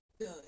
good